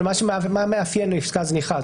אבל מה מאפיין עסקה זניחה,